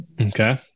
Okay